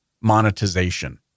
monetization